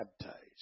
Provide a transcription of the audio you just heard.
baptized